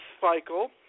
cycle